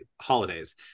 holidays